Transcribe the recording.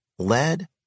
Lead